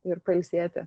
ir pailsėti